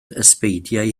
ysbeidiau